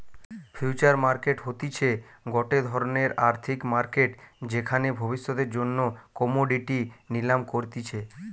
future market হতিছে গটে ধরণের আর্থিক মার্কেট যেখানে ভবিষ্যতের জন্য কোমোডিটি নিলাম করতিছে